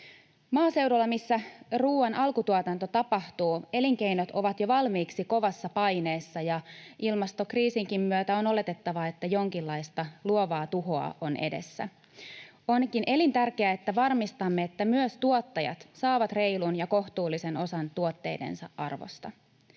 Maaseudulla, missä ruuan alkutuotanto tapahtuu, elinkeinot ovat jo valmiiksi kovassa paineessa, ja ilmastokriisinkin myötä on oletettavaa, että jonkinlaista luovaa tuhoa on edessä. Onkin elintärkeää, että varmistamme, että myös tuottajat saavat reilun ja kohtuullisen osan tuotteidensa arvosta.